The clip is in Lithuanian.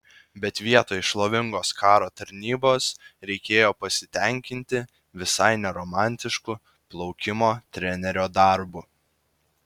bet vietoj šlovingos karo tarnybos reikėjo pasitenkinti visai ne romantišku plaukimo trenerio darbu